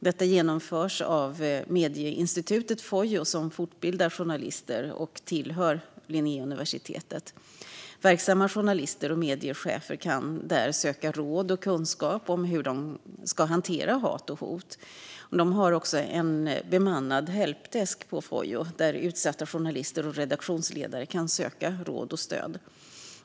Detta genomförs av medieinstitutet Fojo som fortbildar journalister och hör till Linnéuniversitetet. Verksamma journalister och mediechefer kan där söka råd och kunskap om hur de ska hantera hat och hot. Fojo har också en bemannad helpdesk där utsatta journalister och redaktionsledare kan söka råd och stöd.